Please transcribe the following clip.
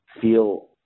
feel